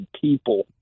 people